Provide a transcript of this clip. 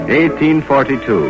1842